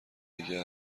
دیگه